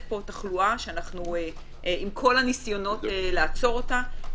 פה תחלואה שעם כל הניסיונות לעצור אותה,